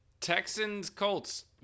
Texans-Colts